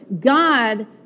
God